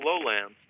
lowlands